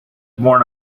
born